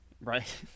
Right